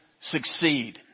succeed